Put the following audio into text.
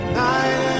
night